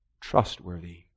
trustworthy